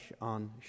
on